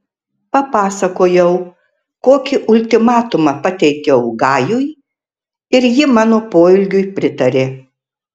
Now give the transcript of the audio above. papasakojau kokį ultimatumą pateikiau gajui ir ji mano poelgiui pritarė